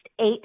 eight